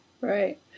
Right